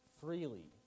freely